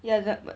ya that but